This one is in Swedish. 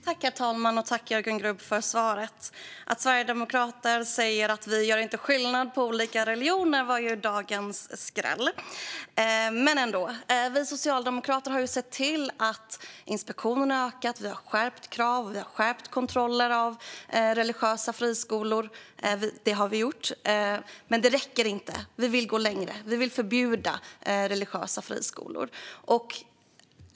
Herr talman! Jag tackar Jörgen Grubb för svaret. Att Sverigedemokraterna säger att de inte gör skillnad på olika religioner är dagens skräll. Vi socialdemokrater har sett till att inspektionerna ökat. Vi har skärpt kraven. Vi har skärpt kontrollerna av religiösa friskolor. Men det räcker inte. Vi vill gå längre. Vi vill förbjuda religiösa friskolor.